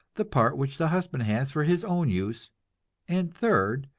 the part which the husband has for his own use and third,